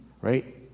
right